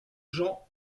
jean